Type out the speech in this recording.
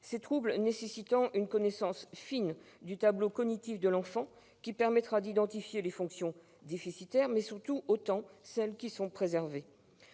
ces troubles nécessitant une connaissance fine du tableau cognitif de l'enfant, qui permettra d'identifier les fonctions déficitaires mais aussi et surtout celles qui sont préservées.